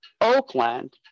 Oakland